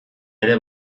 ere